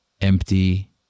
empty